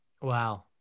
Wow